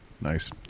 Nice